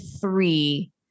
three